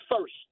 first